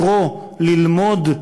לקרוא, ללמוד,